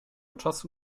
czasu